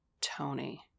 Tony